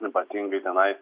ypatingai šenai